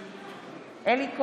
בעד אלי כהן,